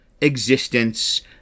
existence